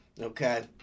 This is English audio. Okay